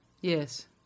Yes